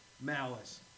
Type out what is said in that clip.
malice